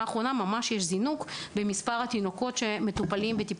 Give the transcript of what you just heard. האחרונה יש זינוק של ממש במספר התינוקות שמטופלים בתחנות